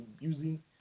using